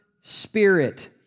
spirit